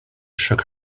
shook